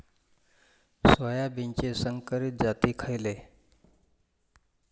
सोयाबीनचे संकरित जाती खयले?